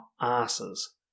asses